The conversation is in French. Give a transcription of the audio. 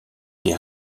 des